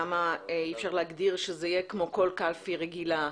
למה אי אפשר להגדיר שזה יהיה כמו כל קלפי רגילה,